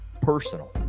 personal